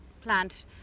plant